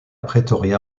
pretoria